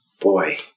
boy